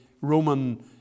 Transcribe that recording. Roman